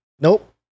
Nope